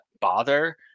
bother